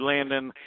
Landon